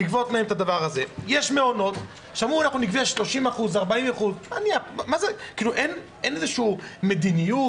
יש מעונות שאמרו: נגבה 30%, 40%. אין מדיניות?